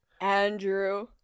Andrew